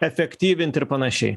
efektyvint ir panašiai